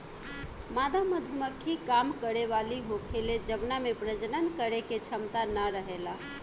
मादा मधुमक्खी काम करे वाली होखेले जवना में प्रजनन करे के क्षमता ना रहेला